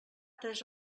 tres